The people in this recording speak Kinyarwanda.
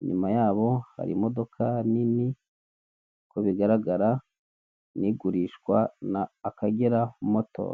inyuma yabo hari imodoka Nini, uko bigaragara Ni igurishwa na akagera moto.